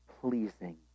pleasing